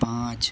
पाँच